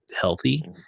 healthy